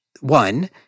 one